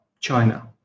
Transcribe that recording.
China